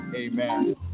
Amen